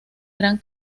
gran